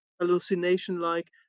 hallucination-like